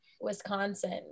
wisconsin